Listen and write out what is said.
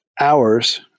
hours